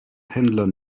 pendler